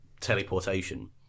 teleportation